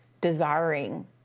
desiring